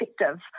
effective